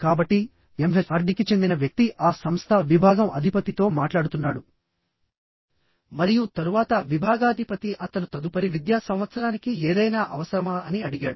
కాబట్టి ఎంహెచ్ఆర్డీకి చెందిన వ్యక్తి ఆ సంస్థ విభాగం అధిపతితో మాట్లాడుతున్నాడు మరియు తరువాత విభాగాధిపతి అతను తదుపరి విద్యా సంవత్సరానికి ఏదైనా అవసరమా అని అడిగాడు